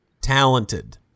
talented